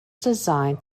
designed